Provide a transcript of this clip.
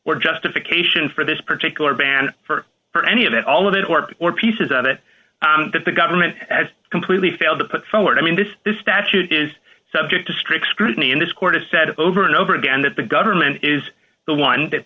or justification for this particular ban for or any of that all of it or or pieces of it that the government has completely failed to put forward i mean this statute is subject to strict scrutiny in this court has said over and over again that the government is the one that